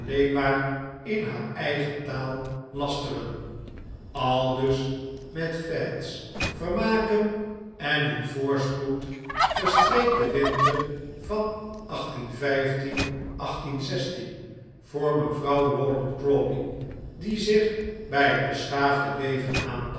maar in haar eigen taal lasteren aldus met fetes vermaken en in voorspoed verstreekde winter van voor mevrouw rawdon crawley die zich bij het beschaafde leven